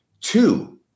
two